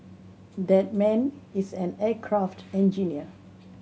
that man is an aircraft engineer